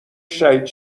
شهید